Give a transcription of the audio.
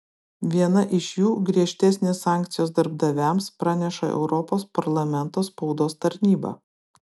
viena iš jų griežtesnės sankcijos darbdaviams praneša europos parlamento spaudos tarnyba